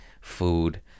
food